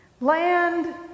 Land